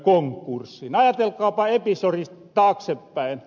ajatelkaapa episori taaksepäin